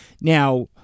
Now